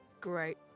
Great